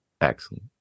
Excellent